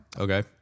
Okay